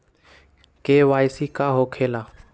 KYC का हो के ला?